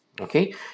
Okay